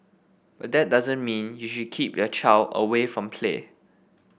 but that doesn't mean you should keep your child away from play